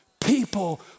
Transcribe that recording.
People